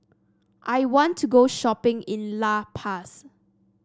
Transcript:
I want to go shopping in La Paz